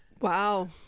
Wow